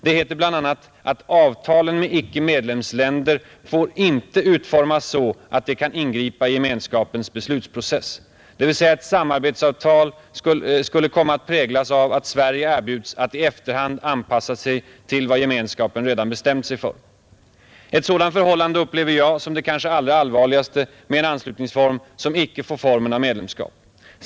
Det heter bl.a. att ”avtalen med icke-medlemsländer inte får utformas så att de kan ingripa i gemenskapens beslutsprocess”, dvs. ett samarbetsavtal skulle komma att präglas av att Sverige erbjuds att i efterhand anpassa sig till vad Gemenskapen redan bestämt sig för. Ett sådant förhållande upplever jag som det kanske allra allvarligaste med en anslutningsform som icke får formen av medlemskap.